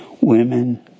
women